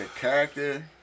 character